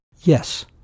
Yes